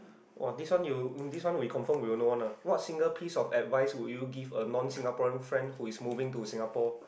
!wah! this one you this one we confirm we all know one lah what single piece of advice would you give a non Singaporean friend who is moving to Singapore